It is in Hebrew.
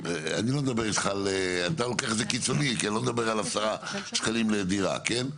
אני לא מדבר איתך על 10 שקלים לדירה, כן?